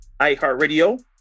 iHeartRadio